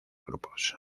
grupos